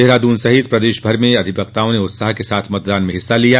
देहरादून समेत प्रदेश भर में अधिवक्ताओं ने उत्साह के साथ मतदान में हिस्सा लिया